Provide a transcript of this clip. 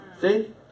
See